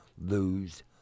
lose